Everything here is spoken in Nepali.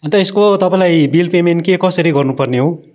अन्त यसको तपाईँलाई बिल पेमेन्ट के कसरी गर्नुपर्ने हो